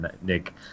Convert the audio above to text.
Nick